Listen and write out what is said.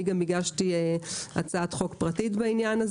גם הגשתי הצעת חוק פרטית בעניין.